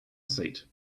seat